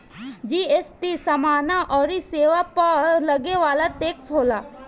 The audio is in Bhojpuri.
जी.एस.टी समाना अउरी सेवा पअ लगे वाला टेक्स होला